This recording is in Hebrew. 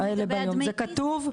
זה כתוב.